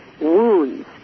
wounds